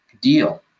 deal